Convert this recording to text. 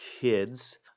kids